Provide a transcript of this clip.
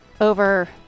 over